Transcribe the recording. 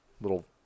little